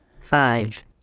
Five